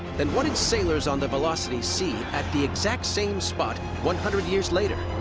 then what did sailors on the velocity see at the exact same spot one hundred years later?